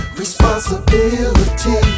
responsibility